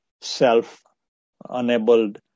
self-enabled